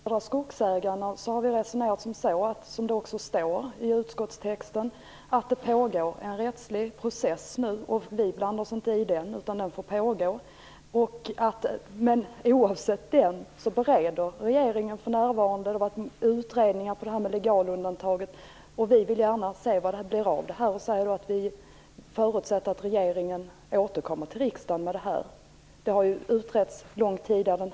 Fru talman! Jag vill börja med att ta upp den sista frågan. Vad gäller Södra Skogsägarna har vi resonerat så som det också står i utskottstexten. Det pågår en rättslig process. Vi blandar oss inte i den, utan den får pågå. Oavsett den bereder regeringen för närvarande ärendet. Det har varit utredningar vad gäller legalundantaget. Vi vill gärna se vad det blir av det här. Vi förutsätter att regeringen återkommer till riksdagen med detta. Den här tvisten har ju utretts långt tidigare.